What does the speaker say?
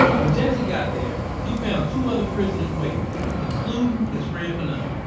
when jassy got there, he found two other prisoners waiting including his friend fanon.